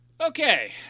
okay